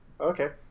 Okay